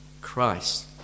Christ